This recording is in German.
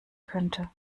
könnte